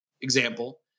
example